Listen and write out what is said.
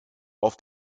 auf